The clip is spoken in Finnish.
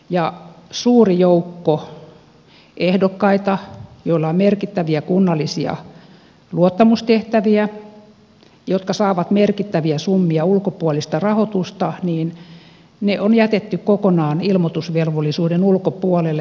suuri joukko ehdokkaita joilla on merkittäviä kunnallisia luottamustehtäviä jotka saavat merkittäviä summia ulkopuolista rahoitusta on jätetty kokonaan ilmoitusvelvollisuuden ulkopuolelle